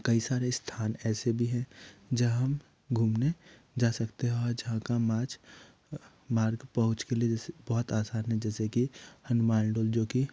कई सारे स्थान ऐसे भी हैं जहाँ हम घूमने जा सकते हैं और जहाँ का माज मार्ग पहुँच के लिए जैसे बहुत आसान है जैसे कि हनुमान डोल जो कि